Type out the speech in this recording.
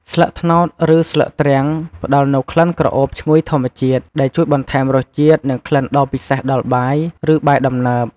ស្លឹកត្នោត ឬស្លឹកទ្រាំង ផ្ដល់នូវក្លិនក្រអូបឈ្ងុយធម្មជាតិ ដែលជួយបន្ថែមរសជាតិ និងក្លិនដ៏ពិសេសដល់បាយ ឬបាយដំណើប។